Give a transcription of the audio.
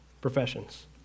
professions